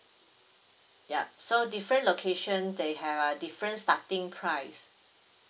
yup so different location they have different starting price